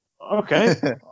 Okay